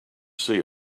see